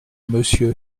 monsieur